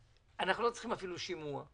אנחנו לא צריכים אפילו שימוע,